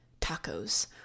tacos